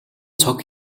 цог